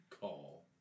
call